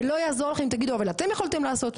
ולא יעזור לכם שתגידו אבל אתם יכולתם לעשות,